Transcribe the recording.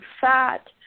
fat